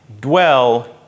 dwell